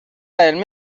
علمی